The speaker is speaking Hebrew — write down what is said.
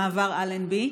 למעבר אלנבי.